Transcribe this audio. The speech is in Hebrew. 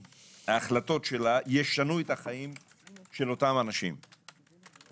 שההחלטות שלה ישנו את החיים של אותם אנשים לדעתי.